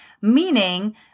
meaning